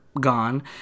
gone